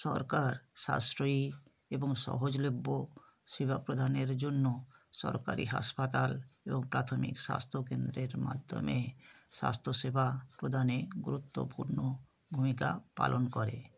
সরকার সাশ্রয়ী এবং সহজলভ্য সেবা প্রদানের জন্য সরকারি হাসপাতাল এবং প্রাথমিক স্বাস্থ্যকেন্দ্রের মাধ্যমে স্বাস্থ্যসেবা প্রদানে গুরত্বপূর্ণ ভূমিকা পালন করে